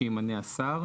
שימנה השר,